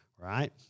right